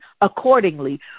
accordingly